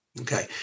Okay